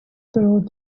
through